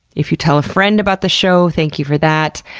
if you tell a friend about the show, thank you for that.